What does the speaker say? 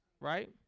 right